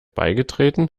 beigetreten